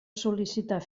sol·licitar